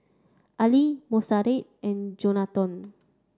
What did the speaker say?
Ali Monserrat and Johnathon